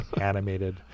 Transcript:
animated